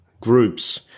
groups